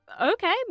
okay